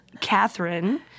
Catherine